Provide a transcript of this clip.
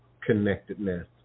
connectedness